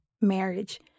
marriage